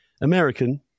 American